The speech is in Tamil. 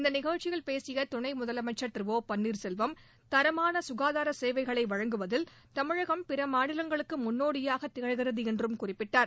இந்த நிகழ்ச்சியில் பேசிய துணை முதலமைச்சர் திரு ஒ பன்னீர்செல்வம் தரமான சுகாதார சேவைகளை வழங்குவதில் தமிழகம் பிற மாநிலங்களுக்கு முன்ளோடியாக திகழ்கிறது என்றும் குறிப்பிட்டார்